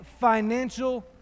financial